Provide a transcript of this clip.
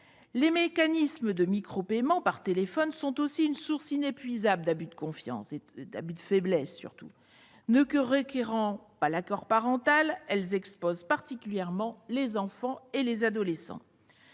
Les mécanismes de micropaiement par téléphone sont aussi une source inépuisable d'abus de faiblesse. Ne requérant pas d'accord parental, ils exposent particulièrement les enfants et les adolescents.